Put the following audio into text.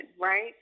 Right